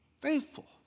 Faithful